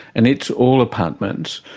and it's all apartments.